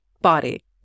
body